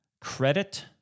Credit